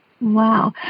Wow